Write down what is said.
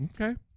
Okay